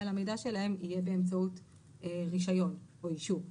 למידע שלהם תהיה באמצעות רישיון או אישור.